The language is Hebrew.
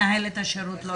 מיכל, זה נראה לך תשובה